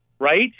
Right